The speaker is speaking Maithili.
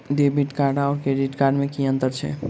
डेबिट कार्ड आओर क्रेडिट कार्ड मे की अन्तर छैक?